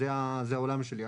זה העולם שלי.